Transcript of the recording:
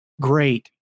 Great